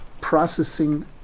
processing